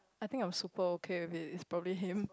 I think I'm super okay with it it's probably him